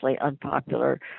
unpopular